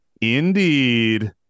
indeed